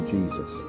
Jesus